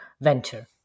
venture